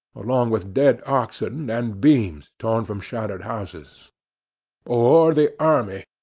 along with dead oxen and beams torn from shattered houses or the army,